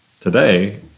today